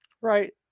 Right